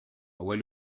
envoie